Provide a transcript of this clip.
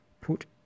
put